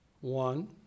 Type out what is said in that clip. One